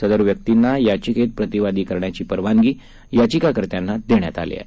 सदर व्यक्तींना याचिकेत प्रतिवादी करण्याची परवानगी याचिकाकर्त्यांना देण्यात आली आहे